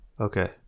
Okay